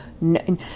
no